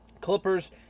Clippers